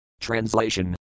Translation